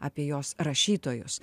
apie jos rašytojus